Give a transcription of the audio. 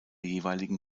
jeweiligen